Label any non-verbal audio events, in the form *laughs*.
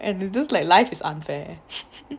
and you just like life is unfair *laughs*